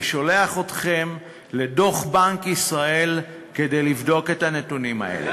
אני שולח אתכם לדוח בנק ישראל כדי לבדוק את הנתונים האלה.